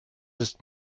ist